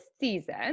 season